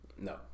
No